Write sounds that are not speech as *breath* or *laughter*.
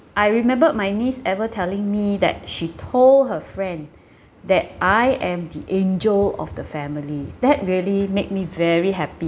I remembered my niece ever telling me that she told her friend *breath* that I am the angel of the family that really made me very happy